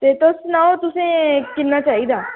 ते तुस सनाओ तुसें किन्ना चाहिदा